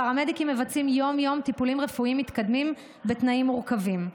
הפרמדיקים מבצעים יום-יום טיפולים רפואיים מתקדמים בתנאים מורכבים.